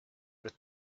were